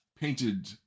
painted